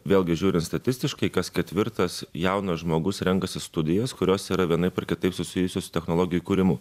vėlgi žiūrint statistiškai kas ketvirtas jaunas žmogus renkasi studijas kurios yra vienaip ar kitaip susijusios su technologijų kūrimu